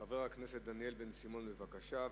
חבר הכנסת דניאל בן-סימון, בבקשה.